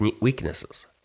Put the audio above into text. weaknesses